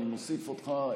אני מוסיף אותך,